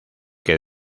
que